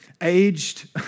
Aged